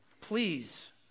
Please